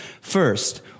First